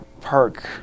park